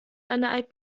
eine